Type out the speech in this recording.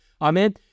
Amen